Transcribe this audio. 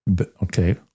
okay